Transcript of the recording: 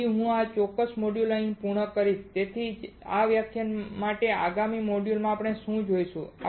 તેથી હું આ ચોક્કસ સમયે મોડ્યુલ પૂર્ણ કરીશ અને તે જ વ્યાખ્યાન માટે આગામી મોડ્યુલમાં આપણે શું જોઈશું